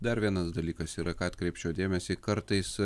dar vienas dalykas yra ką atkreipčiau dėmesį kartais